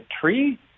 tree